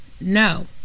no